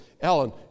Alan